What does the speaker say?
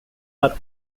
are